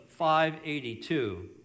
582